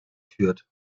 führt